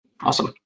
awesome